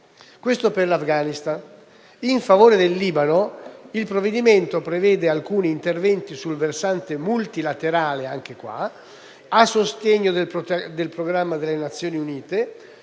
quanto riguarda l'Afghanistan. In favore del Libano il provvedimento prevede alcuni interventi sul versante multilaterale a sostegno del programma delle Nazioni Unite